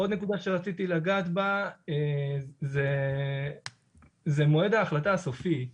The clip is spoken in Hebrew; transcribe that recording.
עוד נקודה שרציתי לגעת בה, זה מועד ההחלטה הסופי.